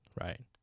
right